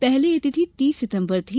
पहले यह तिथि तीस सितम्बर थी